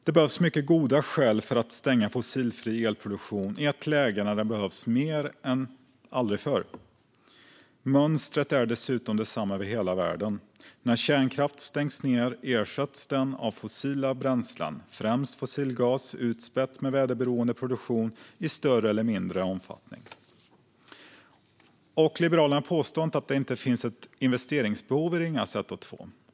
Det behövs mycket goda skäl för att stänga fossilfri elproduktion i ett läge när den behövs mer än aldrig förr. Mönstret är dessutom detsamma över hela världen. När kärnkraft stängs ned ersätts den av fossila bränslen, främst fossilgas, utspädd med väderberoende produktion i större eller mindre omfattning. Liberalerna påstår inte att det inte finns ett investeringsbehov i Ringhals 1 och 2.